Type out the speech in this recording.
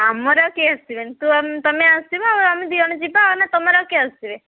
ଆମର ଆଉ କେଇ ଆସିବେନି ତୁ ତମେ ଆସିବ ଆଉ ଆମେ ଆଉ ଦୁଇ ଜଣ ଯିବା ନ ତମର ଆଉ କିଏ ଆସିବେ